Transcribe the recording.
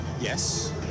yes